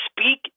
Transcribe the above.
speak